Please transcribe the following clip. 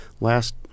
last